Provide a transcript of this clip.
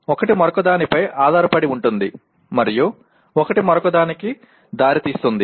ఒకటి మరొకదానిపై ఆధారపడి ఉంటుంది మరియు ఒకటి మరొకదానికి దారితీస్తుంది